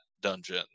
dungeon